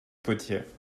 potier